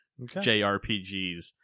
JRPGs